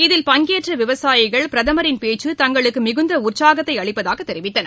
இதில் பங்கேற்றவிவசாயிகள் பிரதமரின் பேச்சு தங்களுக்குமிகுந்தஉற்சாகத்தைஅளிப்பதாகதெரிவித்தனர்